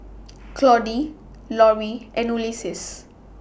Claudie Lori and Ulysses